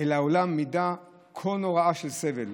אל העולם מידה כה נוראה של סבל,